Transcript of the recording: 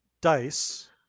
dice